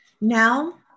Now